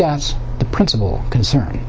that's the principal concern